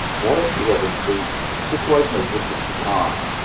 what actually happened, the situation that existed at the time,